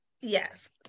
yes